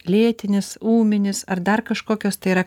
lėtinis ūminis ar dar kažkokios tai yra